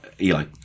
Eli